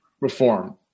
reform